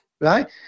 Right